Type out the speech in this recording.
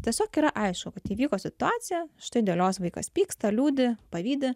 tiesiog yra aišku kad įvyko situacija štai dėl jos vaikas pyksta liūdi pavydi